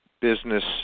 business